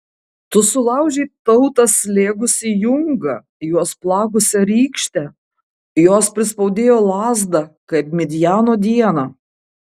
tu sulaužei tautą slėgusį jungą juos plakusią rykštę jos prispaudėjo lazdą kaip midjano dieną